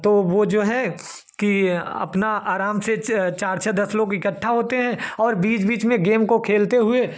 तो वह जो है कि अपना आराम से च चार छः दस लोग इकट्ठा होते हैं और बीच बीच में गेम को खेलते हुए